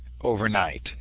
overnight